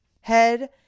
head